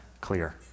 clear